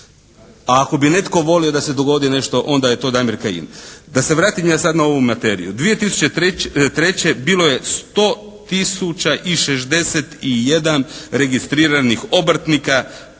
Ako bi netko volio da se dogodi nešto onda je to Damir Kajin. Da se vratim ja sad na ovu materiju. 2003. bilo je 100 tisuća i 61 registriranih obrtnika,